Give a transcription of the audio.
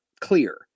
clear